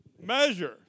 measure